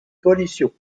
coalition